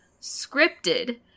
Scripted